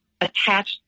attach